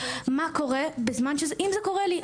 מה קורה אם זה קורה לי,